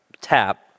tap